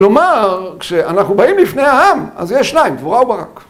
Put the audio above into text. ‫כלומר, כשאנחנו באים לפני העם, ‫אז יש שניים, דבורה וברק.